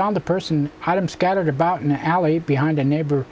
found the person how them scattered about in the alley behind a neighbor